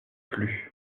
plus